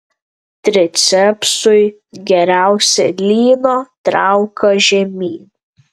tricepsui geriausia lyno trauka žemyn